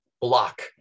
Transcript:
Block